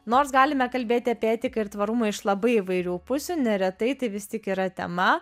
nors galime kalbėti apie etiką ir tvarumą iš labai įvairių pusių neretai tai vis tik yra tema